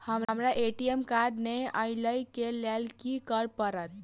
हमरा ATM card नै अई लई केँ लेल की करऽ पड़त?